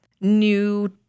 new